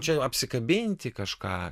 čia apsikabinti kažką